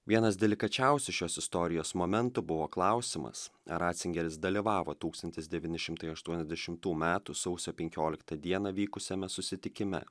vienas delikačiausių šios istorijos momentų buvo klausimas ar racingeris dalyvavo tūkstantis devyni šimtai aštuoniasdešimtų metų sausio penkioliktą dieną vykusiame susitikime